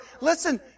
listen